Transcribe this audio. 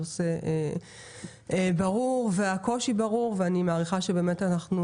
הנושא ברור והקושי ברור ואני מעריכה שבאמת אנחנו